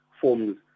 forms